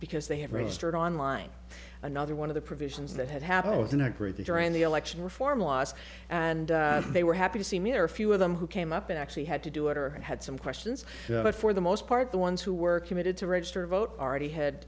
because they had registered online another one of the provisions that had happened in our group during the election reform laws and they were happy to see me or a few of them who came up actually had to do it or had some questions but for the most part the ones who were committed to register to vote already had